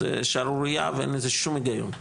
שזה שערוריה, ואין לזה שום היגיון.